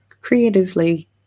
creatively